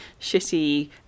shitty